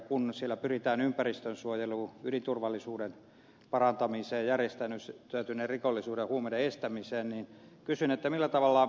kun siellä pyritään ympäristönsuojeluun ydinturvallisuuden parantamiseen järjestäytyneen rikollisuuden ja huumeiden estämiseen niin kysyn